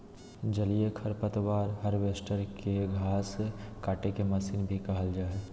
जलीय खरपतवार हार्वेस्टर, के घास काटेके मशीन भी कहल जा हई